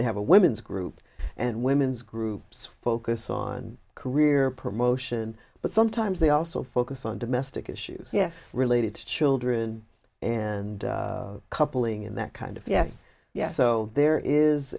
they have a women's group and women's groups focus on career promotion but sometimes they also focus on domestic issues yes related to children and couple in that kind of yes yes so there is